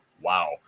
Wow